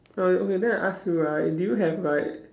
oh okay then I ask you right do you have like